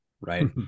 right